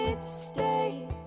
stay